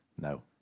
No